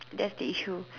thats the issue